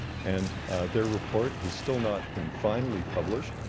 and their report has still not been finally published.